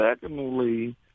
secondly